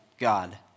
God